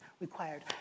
required